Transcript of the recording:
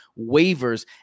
waivers